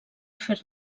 fer